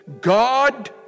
God